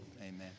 Amen